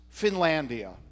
Finlandia